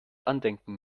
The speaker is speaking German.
andenken